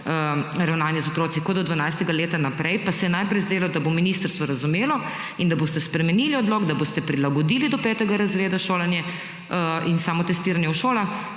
ravnanje z otroki kot od 12. leta naprej. Pa se je najprej zdelo, da bo ministrstvo razumelo in da boste spremenili odlok, da boste prilagodili šolanje in samotestiranje v šolah